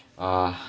ah